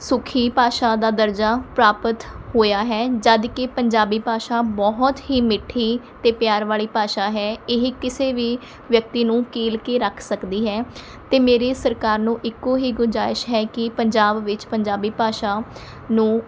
ਸੁੱਖੀ ਭਾਸ਼ਾ ਦਾ ਦਰਜਾ ਪ੍ਰਾਪਤ ਹੋਇਆ ਹੈ ਜਦਕਿ ਪੰਜਾਬੀ ਭਾਸ਼ਾ ਬਹੁਤ ਹੀ ਮਿੱਠੀ ਅਤੇ ਪਿਆਰ ਵਾਲੀ ਭਾਸ਼ਾ ਹੈ ਇਹ ਕਿਸੇ ਵੀ ਵਿਅਕਤੀ ਨੂੰ ਕੀਲ ਕੇ ਰੱਖ ਸਕਦੀ ਹੈ ਅਤੇ ਮੇਰੀ ਸਰਕਾਰ ਨੂੰ ਇੱਕੋਂ ਹੀ ਗੁਜ਼ਾਇਸ਼ ਹੈ ਕਿ ਪੰਜਾਬ ਵਿੱਚ ਪੰਜਾਬੀ ਭਾਸ਼ਾ ਨੂੰ